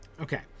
Okay